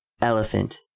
elephant